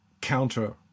counter